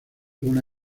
una